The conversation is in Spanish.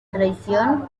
traición